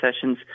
sessions